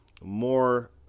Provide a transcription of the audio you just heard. more